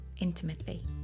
intimately